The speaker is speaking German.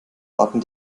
warten